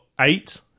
eight